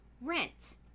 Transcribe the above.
rent